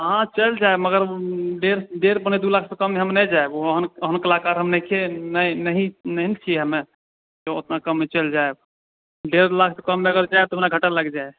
अहाँ चलि जायब मगर डेढ़ पौने दू लाख सऽ कम नहि हम नहि जायब ओहन कलाकार हम नहि छिये नहि नहि ने छिये हम नहि ओत्ते कममे चलि जायब तऽ डेढ़ लाख सऽ कममे जायब तऽ हमरा घाटा लागि जायत